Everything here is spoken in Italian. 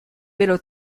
velo